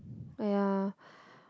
oh yeah